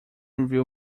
review